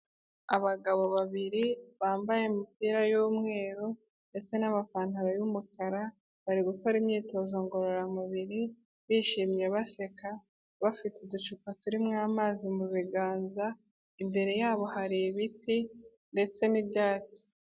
Abagabo babiri bambaye imipira y'umweru ndetse n'amapantaro y'umukara, bari gukora imyitozo ngororamubiri, bishimye baseka, bafite uducupa turimo amazi mu biganza, imbere yabo hari ibiti ndetse n'ibyatsi.